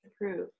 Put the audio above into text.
approved